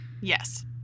Yes